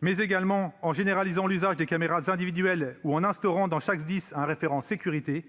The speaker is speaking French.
mission, généralisation de l'usage des caméras individuelles et instauration dans chaque SDIS d'un référent sécurité.